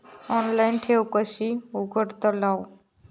Online ठेव कशी उघडतलाव?